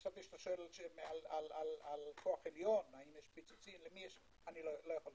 חשבתי שאתה שואל על כוח עליון לא יכול לומר.